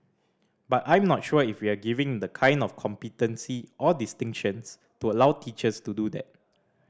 but I'm not sure if we're giving the kind of competency or distinctions to allow teachers to do that